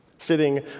Sitting